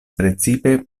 precipe